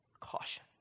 Caution